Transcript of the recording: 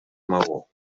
maó